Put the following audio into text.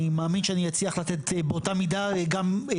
אני מאמין שאני אצליח לתת באותה מידה גם.